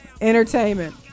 Entertainment